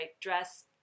dress